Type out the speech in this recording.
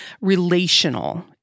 relational